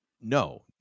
No